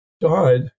died